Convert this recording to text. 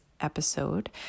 episode